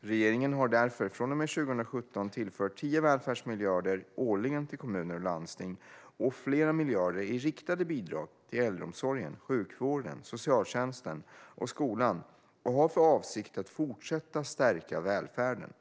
Regeringen har därför från och med 2017 tillfört 10 välfärdsmiljarder årligen till kommuner och landsting och flera miljarder i riktade bidrag till äldreomsorgen, sjukvården, socialtjänsten och skolan och har för avsikt att fortsätta stärka välfärden.